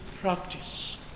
practice